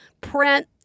print